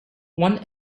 one